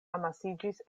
amasiĝis